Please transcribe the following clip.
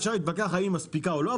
אפשר להתווכח האם היא מספיקה או לא,